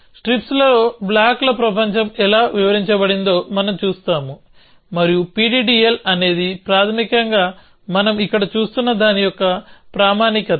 స్ట్రిప్స్లో బ్లాక్ల ప్రపంచం ఎలా వివరించబడిందో మనం చూస్తాము మరియు PDDL అనేది ప్రాథమికంగా మనం ఇక్కడ చూస్తున్న దాని యొక్క ప్రామాణికత